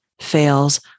fails